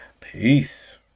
Peace